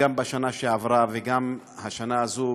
גם בשנה שעברה וגם בשנה הזאת,